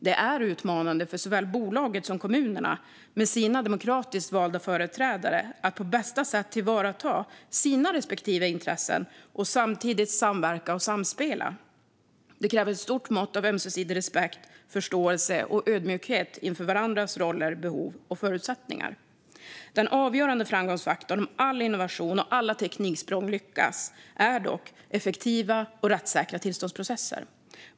Det är utmanande för såväl bolaget som kommunerna med deras demokratiskt valda företrädare att på bästa sätt tillvarata sina respektive intressen och samtidigt samverka och samspela. Detta kräver ett stort mått av ömsesidig respekt, förståelse och ödmjukhet inför varandras roller, behov och förutsättningar. Den avgörande framgångsfaktorn för att all innovation och alla tekniksprång ska lyckas är dock effektiva och rättssäkra tillståndsprocesser.